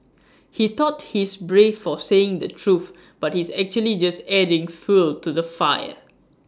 he thought he's brave for saying the truth but he's actually just adding fuel to the fire